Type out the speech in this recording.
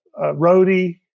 roadie